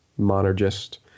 monergist